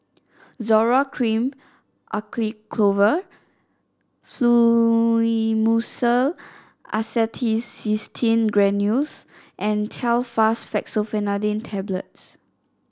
Zoral Cream Acyclovir Fluimucil Acetylcysteine Granules and Telfast Fexofenadine Tablets